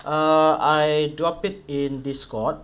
uh I drop it in discord